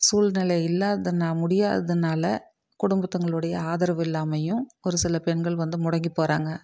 சூழ்நிலை இல்லாதனால் முடியாததுனால குடும்பத்துங்களுடைய ஆதரவு இல்லாமையும் ஒரு சில பெண்கள் வந்து முடங்கி போகிறாங்க